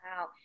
Wow